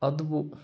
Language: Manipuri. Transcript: ꯑꯗꯨꯕꯨ